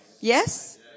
Yes